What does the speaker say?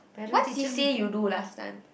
what she say you do last time